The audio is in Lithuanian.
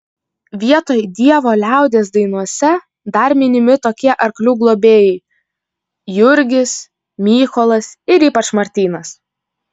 vietoj dievo liaudies dainose dar minimi tokie arklių globėjai jurgis mykolas ir ypač martynas